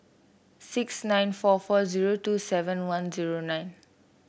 six nine four four zero two seven one zero nine